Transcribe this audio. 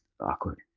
awkward